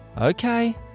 Okay